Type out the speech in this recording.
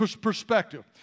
perspective